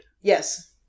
Yes